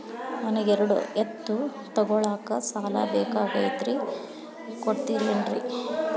ನನಗ ಎರಡು ಎತ್ತು ತಗೋಳಾಕ್ ಸಾಲಾ ಬೇಕಾಗೈತ್ರಿ ಕೊಡ್ತಿರೇನ್ರಿ?